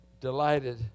delighted